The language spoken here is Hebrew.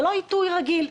זה לא עיתוי רגיל.